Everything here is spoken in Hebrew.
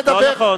לא נכון.